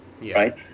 right